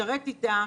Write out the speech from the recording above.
משרת איתם,